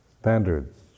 standards